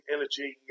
Energy